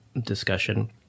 discussion